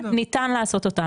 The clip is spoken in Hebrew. ניתן לעשות אותם,